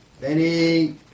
Benny